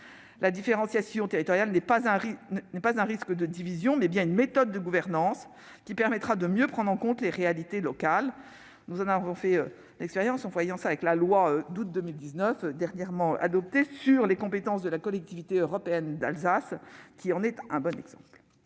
La différenciation territoriale n'est pas un risque de division. C'est bien une méthode de gouvernance qui permettra de mieux prendre en compte les réalités locales. Nous en avons fait l'expérience avec la loi du 2 août 2019 relative aux compétences de la Collectivité européenne d'Alsace, qui en est un bon exemple